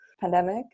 pandemic